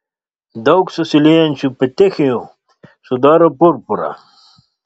daug susiliejančių petechijų sudaro purpurą